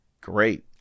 great